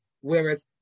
whereas